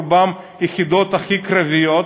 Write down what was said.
רובם ביחידות הכי קרביות,